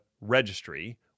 registry